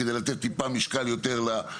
כדי לתת טיפה יותר משקל לרשויות.